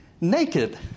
naked